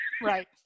Right